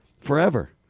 forever